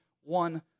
one